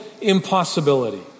impossibility